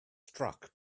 struck